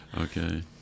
Okay